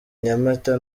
nyamata